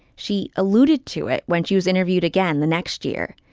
she alluded to it when she was interviewed again the next year.